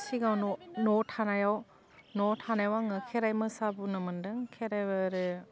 सिगाङावन' न'वाव थानायाव न'वाव थानायाव आङो खेराइ मोसाबोनो मोन्दों खेराइ बेराय